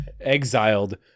exiled